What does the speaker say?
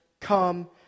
come